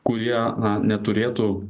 kurie neturėtų